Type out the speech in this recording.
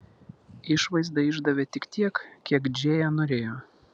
išvaizda išdavė tik tiek kiek džėja norėjo